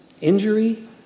injury